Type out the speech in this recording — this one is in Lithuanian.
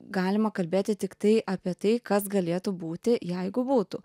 galima kalbėti tiktai apie tai kas galėtų būti jeigu būtų